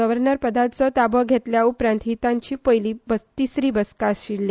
गव्हर्नराचो पदाचो ताबो घेतल्या उपरांत ही ताची तिसरी बसका आशिष्ठी